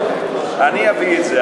אני אביא את זה,